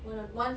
one of